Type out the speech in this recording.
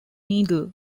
needle